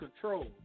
control